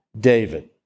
David